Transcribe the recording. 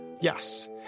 Yes